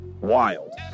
Wild